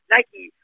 Nike